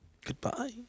goodbye